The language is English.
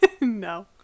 No